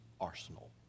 arsenal